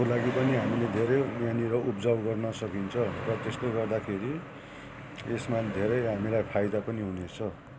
को लागि पनि हामीले धेरै यहाँनिर उब्जाउ गर्न सकिन्छ र त्यसले गर्दाखेरि यसमा धेरै हामीलाई फाइदा पनि हुनेछ